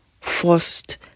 forced